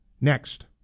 next